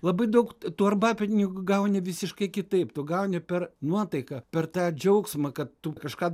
labai daug tų arbapinigių gauni visiškai kitaip tu gauni per nuotaiką per tą džiaugsmą kad tu kažką